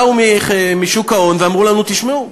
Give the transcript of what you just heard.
באו משוק ההון ואמרו לנו: תשמעו,